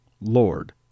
Lord